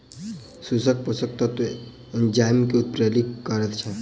सूक्ष्म पोषक तत्व एंजाइम के उत्प्रेरित करैत छै